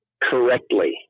correctly